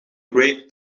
great